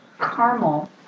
caramel